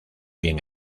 bien